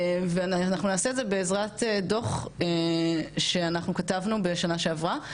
ואנחנו נעשה את זה בעזרת דו"ח שאנחנו כתבנו בשנה שעברה,